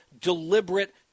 deliberate